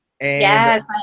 Yes